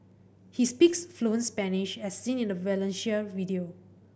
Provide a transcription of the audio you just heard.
he speaks fluent Spanish as seen in a Valencia video